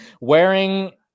Wearing